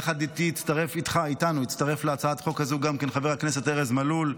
יחד איתנו הצטרף להצעת החוק הזאת גם חבר הכנסת ארז מלול,